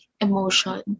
emotion